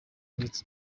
west